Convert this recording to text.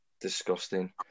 disgusting